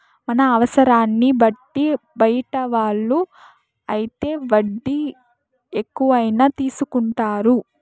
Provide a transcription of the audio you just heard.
మన అవసరాన్ని బట్టి బయట వాళ్ళు అయితే వడ్డీ ఎక్కువైనా తీసుకుంటారు